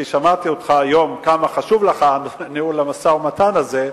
כי שמעתי אותך היום כמה חשוב לך ניהול המשא-ומתן הזה,